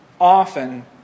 Often